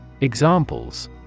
Examples